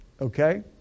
Okay